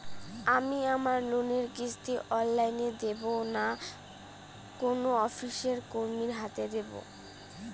আমি আমার লোনের কিস্তি অনলাইন দেবো না কোনো অফিসের কর্মীর হাতে দেবো?